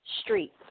street